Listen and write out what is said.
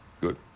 Good